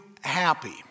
happy